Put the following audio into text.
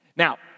Now